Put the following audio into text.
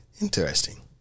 Interesting